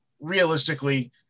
realistically